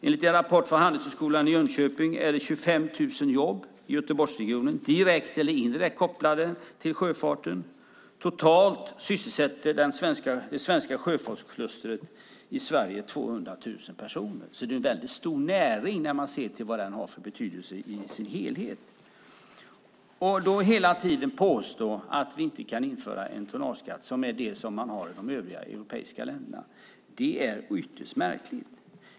Enligt en rapport från Handelshögskolan i Jönköping är 25 000 jobb i Göteborgsregionen direkt eller indirekt kopplade till sjöfarten. Totalt sysselsätter det svenska sjöfartsklustret i Sverige 200 000 personer. Det är en mycket stor näring när man ser till vad den har för betydelse i sin helhet. Att då påstå att vi inte kan införa en tonnageskatt, som man har i de övriga europeiska länderna, är ytterst märkligt.